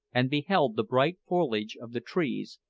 and beheld the bright foliage of the trees,